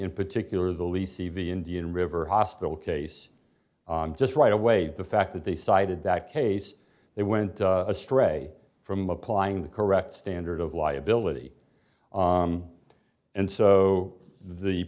in particular the lease c v indian river hospital case just right away the fact that they cited that case they went astray from applying the correct standard of liability and so the